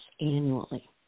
annually